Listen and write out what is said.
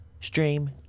stream